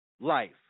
life